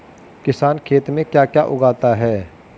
किसान खेत में क्या क्या उगाता है?